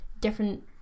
different